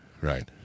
right